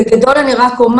בגדול אני אומר